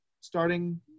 starting